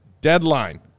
deadline